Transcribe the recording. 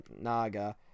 Naga